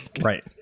Right